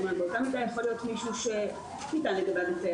זאת אומרת באותה מידה זה יכול להיות מישהו שניתן לו היתר,